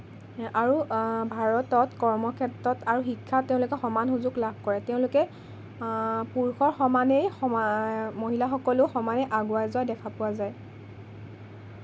আৰু ভাৰতত কৰ্ম ক্ষেত্ৰত আৰু শিক্ষাত তেওঁলোকে সমান সুযোগ লাভ কৰে তেওঁলোকে পুৰুষৰ সমানেই মহিলাসকলো সমানেই আগুৱাই যোৱা দেখা পোৱা যায়